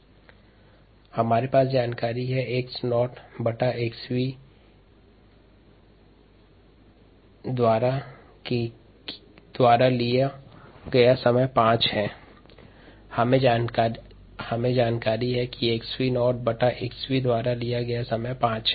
t2303kdxv0xv हमारे पास जानकारी है कि 𝑥𝑣 शून्य बटा 𝑥𝑣 द्वारा लिए गया समय 5 है